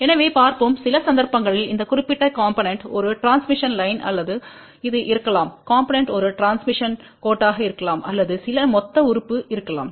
எனவே பார்ப்போம் பல சந்தர்ப்பங்களில் இந்த குறிப்பிட்ட காம்போனென்ட் ஒரு டிரான்ஸ்மிஷன்க் லைன் அல்லது இது இருக்கலாம் காம்போனென்ட் ஒரு டிரான்ஸ்மிஷன்க் கோட்டாக இருக்கலாம் அல்லது சில மொத்த உறுப்பு இருக்கலாம்